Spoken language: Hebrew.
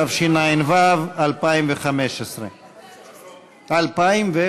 התשע"ו 2016. חוק נתוני אשראי,